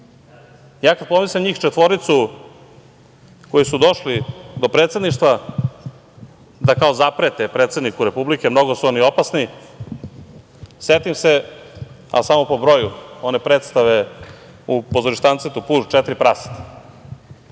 pomislim na njih četvoricu koji su došli do predsedništva da kao zaprete predsedniku Republike, mnogo su oni opasni, setim se, ali samo po broju, one predstave u Pozorištancetu „Puž“ – Četiri praseta.